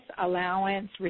allowance